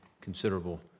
considerable